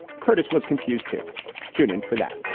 curtis was confused to tune in for that.